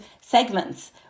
segments